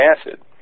acid